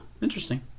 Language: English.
interesting